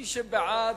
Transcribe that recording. מי שבעד,